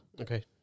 Okay